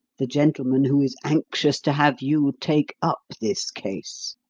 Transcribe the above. the gentleman who is anxious to have you take up this case.